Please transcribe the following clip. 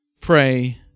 Pray